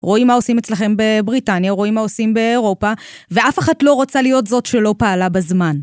רואים מה עושים אצלכם בבריטניה, או רואים מה עושים באירופה, ואף אחת לא רוצה להיות זאת שלא פעלה בזמן.